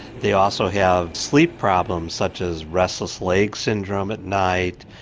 they also have sleep problems such as restless leg syndrome at night,